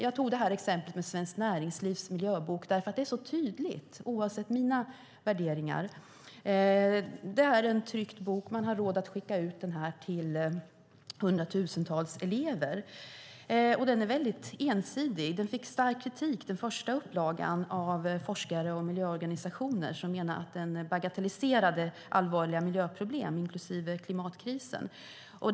Jag tog upp exemplet med Svenskt Näringslivs miljöbok därför att det är så tydligt, oavsett mina värderingar. Det är en tryckt bok. Man har råd att skicka ut den till hundratusentals elever. Den är mycket ensidig. Den första upplagan fick stark kritik av forskare och miljöorganisationer som menade att den bagatelliserade allvarliga miljöproblem, inklusive klimatkrisen.